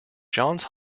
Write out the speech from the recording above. johns